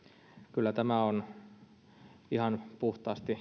kyllä tämä on tutkimusten valossa ihan puhtaasti